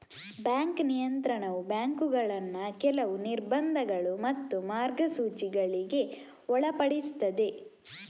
bank ನಿಯಂತ್ರಣವು ಬ್ಯಾಂಕುಗಳನ್ನ ಕೆಲವು ನಿರ್ಬಂಧಗಳು ಮತ್ತು ಮಾರ್ಗಸೂಚಿಗಳಿಗೆ ಒಳಪಡಿಸ್ತದೆ